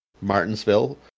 Martinsville